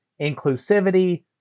inclusivity